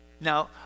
Now